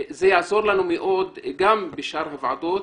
זה יעזור לנו מאוד גם בשאר הוועדות.